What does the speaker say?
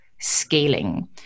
scaling